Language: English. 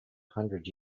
hundred